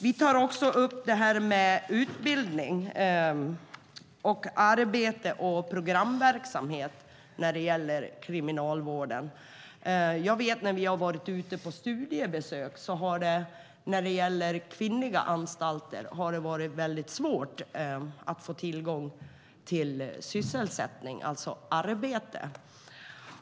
Vi tar också upp utbildning, arbete och programverksamhet när det gäller kriminalvården. Vi har varit ute på studiebesök, och jag vet att det på kvinnliga anstalter har varit svårt att få tillgång till sysselsättning, det vill säga arbete.